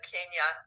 Kenya